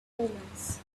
omens